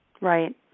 Right